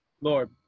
Lord